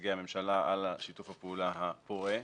לנציגי הממשלה על שיתוף הפעולה הפורה.